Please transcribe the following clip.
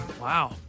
Wow